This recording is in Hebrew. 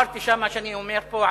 אמרתי שם מה שאני אומר פה,